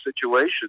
situation